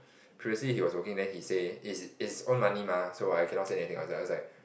previously he was working then he say is his own money mah so I cannot say anything I was I was like